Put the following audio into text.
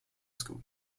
school